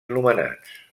nomenats